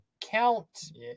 Count